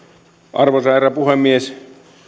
arvoisa herra puhemies